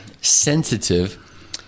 sensitive